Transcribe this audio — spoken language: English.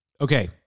okay